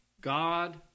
God